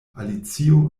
alicio